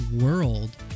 world